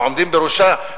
העומדים בראשה,